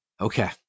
Okay